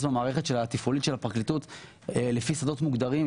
במערכת התפעולית של הפרקליטות לפי שדות מוגדרים,